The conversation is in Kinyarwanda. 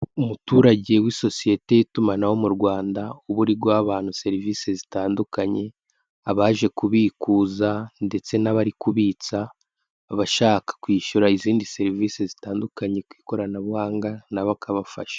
Umuturage w'isosiyete y'itumanaho mu Rwanda, uba uri guha abantu serivisi zitandukanye, abaje kubikuza ndetse n'abari kubitsa, abashaka kwishyura izindi serivisi zitandukanye ku ikoranabuhanga nabo akabafasha.